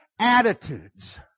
attitudes